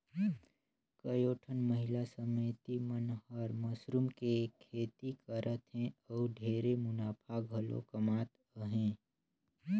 कयोठन महिला समिति मन हर मसरूम के खेती करत हें अउ ढेरे मुनाफा घलो कमात अहे